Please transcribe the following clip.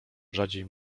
rzadziej